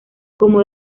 como